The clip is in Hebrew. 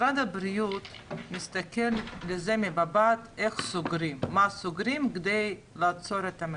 משרד הבריאות מסתכל ממבט של איך סוגרים ומה סוגרים כדי לעצור את המגפה.